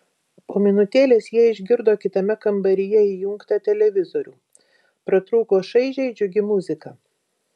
po minutėlės jie išgirdo kitame kambaryje įjungtą televizorių pratrūko šaižiai džiugi muzika